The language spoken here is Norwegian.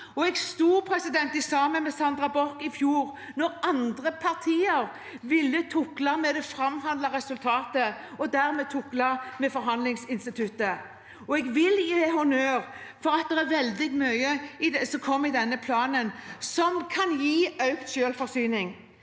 Jeg sto sammen med Sandra Borch i fjor da andre partier ville tukle med det framforhandlede resultatet og dermed tukle med forhandlingsinstituttet. Og jeg vil gi honnør for at det er veldig mye som kom i denne planen, som kan gi økt selvforsyning.